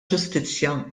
ġustizzja